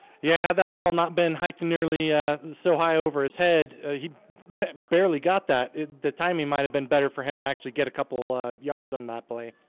yeah, had that ball not been hiking nearly so high over his head. he barely got that at the time he might have been better for him to actually get a couple yards on that play.